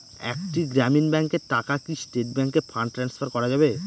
একটি গ্রামীণ ব্যাংকের টাকা কি স্টেট ব্যাংকে ফান্ড ট্রান্সফার করা যাবে?